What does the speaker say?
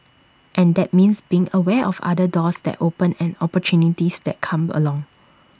and that means being aware of other doors that open and opportunities that come along